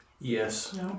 Yes